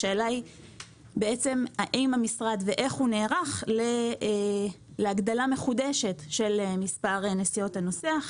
השאלה היא האם המשרד נערך וכיצד להגדלה מחודשת של מספר נסיעות הנוסע.